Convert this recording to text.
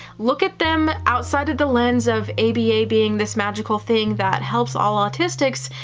look at them outside of the lens of aba being this magical thing that helps all autistics,